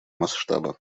масштаба